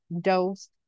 dose